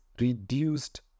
reduced